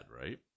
right